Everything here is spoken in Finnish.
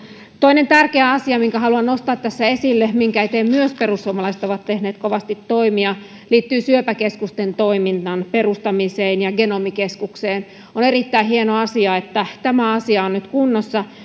toinen tärkeä asia minkä haluan nostaa tässä esille minkä eteen perussuomalaiset ovat myös tehneet kovasti toimia liittyy syöpäkeskusten toiminnan perustamiseen ja genomikeskukseen on erittäin hieno asia että tämä asia on nyt kunnossa